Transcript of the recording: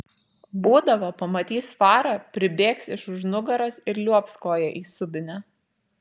būdavo pamatys farą pribėgs iš už nugaros ir liuobs koja į subinę